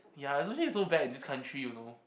ya the sushi is so bad in this country you know